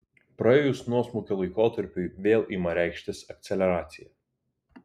praėjus nuosmukio laikotarpiui vėl ima reikštis akceleracija